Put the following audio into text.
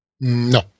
No